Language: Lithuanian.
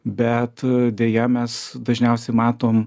bet deja mes dažniausiai matom